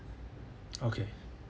okay